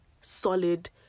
solid